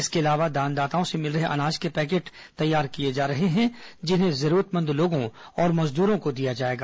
इसके अलावा दानदाताओं से मिल रहे अनाज के पैकेट तैयार किए जा रहे हैं जिन्हें जरूरतमंद लोगों और मजदूरों को दिया जाएगा